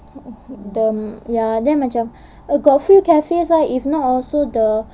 the ya then macam got a few cafes lah if not also the